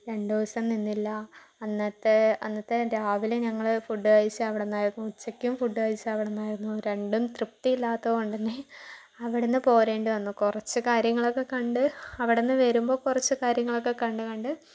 രണ്ട് ദിവസം നിന്നില്ല അന്നത്തെ അന്നത്തെ രാവിലെ ഞങ്ങള് ഫുഡ് കഴിച്ച അവിടുന്നായിരുന്നു ഉച്ചക്കും ഫുഡ് കഴിച്ച അവിടുന്നായിരുന്നു രണ്ടും തൃപ്തിയല്ലാത്ത കൊണ്ട് തന്നെ അവിടുന്ന് പോരേണ്ടി വന്നു കുറച്ച് കാര്യങ്ങളൊക്കെ കണ്ട് അവിടന്ന് വരുമ്പോൾ കുറച്ച് കാര്യങ്ങളൊക്കെ കണ്ട് കണ്ട്